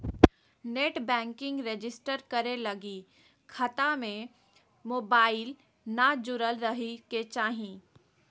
net banking register करे लगी खता में मोबाईल न जुरल रहइ के चाही